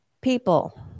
People